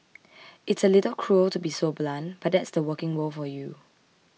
it's a little cruel to be so blunt but that's the working world for you